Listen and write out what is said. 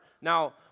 Now